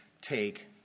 take